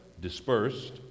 dispersed